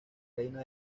reina